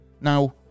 Now